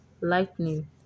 lightning